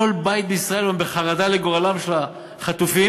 כל בית בישראל היום בחרדה לגורלם של החטופים,